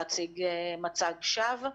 או להציג מצג שווא.